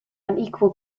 unequal